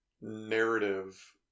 narrative